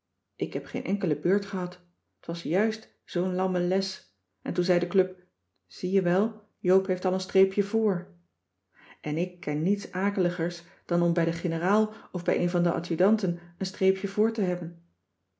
ik heb geen enkele beurt gehad t was just zoo'n lamme les en toen zei de club zie je wel joop heeft al een streepje voor en ik ken niets akeligers dan om bij de generaal of bij een van de adjudanten een streepje voor te hebben